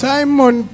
Simon